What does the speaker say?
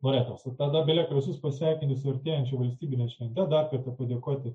loretos tada belieka visus pasveikinti su artėjančia valstybine švente dar kartą padėkoti